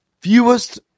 Fewest